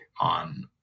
on